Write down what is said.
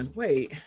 wait